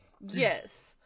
yes